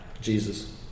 Jesus